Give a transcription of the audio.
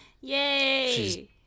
Yay